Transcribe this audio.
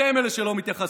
אתם אלה שלא מתייחסים.